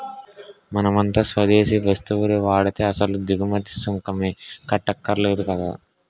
మనమంతా స్వదేశీ వస్తువులు వాడితే అసలు దిగుమతి సుంకమే కట్టక్కర్లేదు కదా